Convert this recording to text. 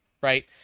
right